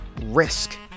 risk